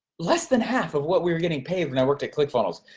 less than half of what we were getting paid when i worked at clickfunnels,